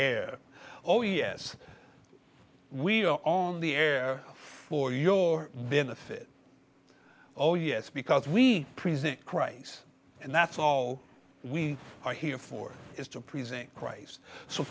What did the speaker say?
air oh yes we're on the air for your benefit oh yes because we present crises and that's all we are here for is to present christ so